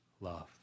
love